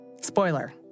Spoiler